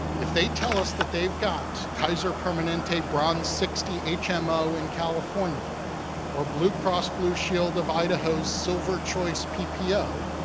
if they tell us that they've got kaiser permanente bronze sixty hmo in california or blue cross blue shield of idaho silver choice ppo,